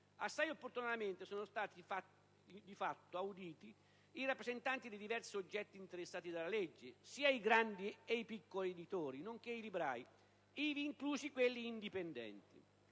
Assai opportunamente sono stati infatti auditi i rappresentanti dei diversi soggetti interessati dalla legge, sia i grandi sia i piccoli editori, nonché i librai, ivi inclusi quelli indipendenti.